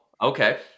okay